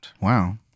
Wow